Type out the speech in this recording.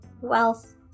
wealth